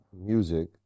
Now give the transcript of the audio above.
music